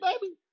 baby